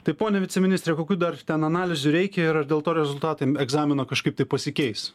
tai pone viceministre kokių dar ten analizių reikia ir ar dėl to rezultatai egzamino kažkaip pasikeis